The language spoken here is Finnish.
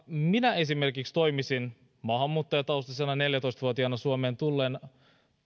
minä esimerkiksi toimisin maahanmuuttajataustaisena neljätoista vuotiaana suomeen tulleena